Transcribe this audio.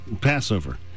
passover